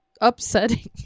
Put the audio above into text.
upsetting